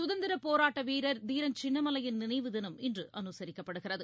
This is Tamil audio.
சுதந்திரபோராட்டவீரர் தீரன் சின்னமலையின் நினைவு தினம் இன்றுஅனுசரிக்கப்படுகிறது